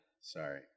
Sorry